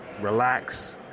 relax